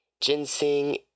Ginseng